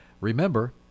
remember